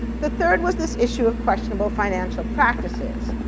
the third was this issue of questionable financial practices.